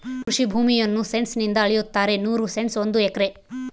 ಕೃಷಿ ಭೂಮಿಯನ್ನು ಸೆಂಟ್ಸ್ ನಿಂದ ಅಳೆಯುತ್ತಾರೆ ನೂರು ಸೆಂಟ್ಸ್ ಒಂದು ಎಕರೆ